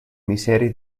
miserie